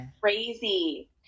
crazy